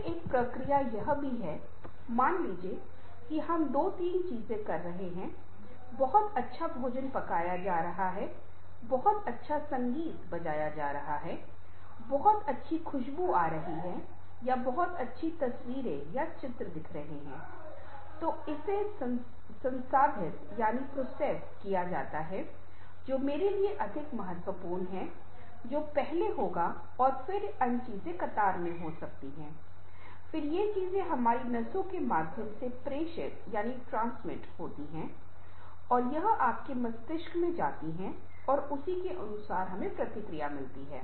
फिर एक प्रक्रिया यह भी है मान लीजिए कि हम दो तीन चीजें कर रहे हैं बहुत अच्छा भोजन पकाया जा रहा है बहुत अच्छा संगीत बजाया जा रहा है बहुत अच्छी खुशबू आ रही है या बहुत अच्छी तस्वीरें हैं या चित्र वहाँ है तो इसे संसाधित किया जा रहा है जो मेरे लिए अधिक महत्वपूर्ण है जो पहले होगा और फिर अन्य चीजे कतार में हो सकते है फिर ये चीजें हमारी नसों के माध्यम से प्रेषित होती हैं और यह आपके मस्तिष्क में जाती हैं और उसी के अनुसार हमें प्रतिक्रिया मिल रही है